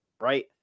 Right